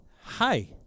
Hi